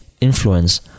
influence